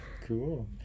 cool